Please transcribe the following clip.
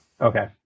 Okay